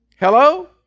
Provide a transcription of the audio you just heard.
Hello